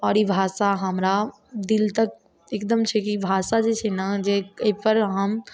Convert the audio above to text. आओर ई भाषा हमरा दिल तक एकदम छै कि भाषा जे छै ने जे एहि पर हम